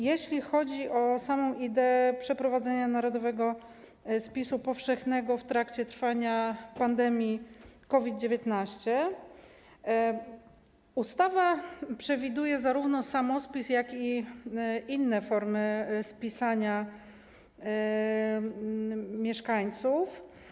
Jeśli chodzi o samą ideę przeprowadzenia narodowego spisu powszechnego w trakcie trwania pandemii COVID-19, ustawa przewiduje zarówno samospis, jak i inne formy spisania mieszkańców.